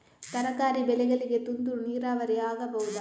ತರಕಾರಿ ಬೆಳೆಗಳಿಗೆ ತುಂತುರು ನೀರಾವರಿ ಆಗಬಹುದಾ?